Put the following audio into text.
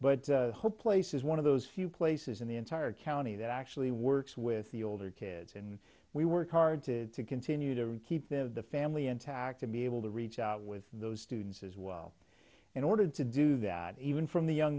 but whole place is one of those few places in the entire county that actually works with the older kids and we work hard to continue to keep the family intact to be able to reach out with those students as well and ordered to do that even from the young